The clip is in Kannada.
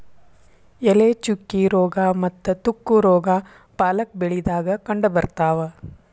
ಎಲೆ ಚುಕ್ಕಿ ರೋಗಾ ಮತ್ತ ತುಕ್ಕು ರೋಗಾ ಪಾಲಕ್ ಬೆಳಿದಾಗ ಕಂಡಬರ್ತಾವ